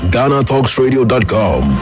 GhanaTalksRadio.com